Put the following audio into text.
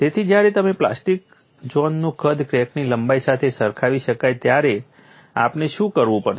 તેથી જ્યારે પ્લાસ્ટિક ઝોનનું કદ ક્રેકની લંબાઈ સાથે સરખાવી શકાય ત્યારે આપણે શું કરવું પડશે